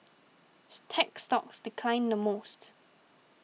tech stocks declined the most